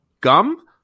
Gum